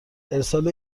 ارسال